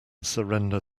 surrender